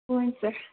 हुन्छ